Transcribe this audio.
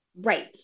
Right